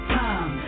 time